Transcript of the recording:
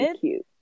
Cute